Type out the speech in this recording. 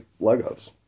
Legos